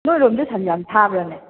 ꯅꯣꯏꯔꯣꯝꯗ ꯁꯟ ꯌꯥꯝ ꯊꯥꯕ꯭ꯔꯅꯦ